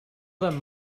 them